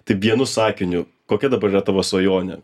taip vienu sakiniu kokia dabar yra tavo svajonė